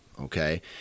okay